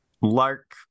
Lark